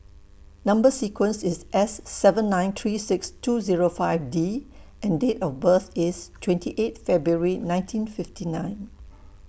Number sequence IS S seven nine three six two Zero five D and Date of birth IS twenty eight February nineteen fifty nine